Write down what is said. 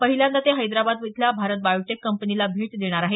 पहिल्यांदा ते हैदराबाद इथल्या भारत बायोटेक कंपनीला भेट देणार आहेत